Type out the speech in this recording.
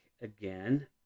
again